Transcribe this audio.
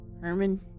Herman